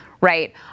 Right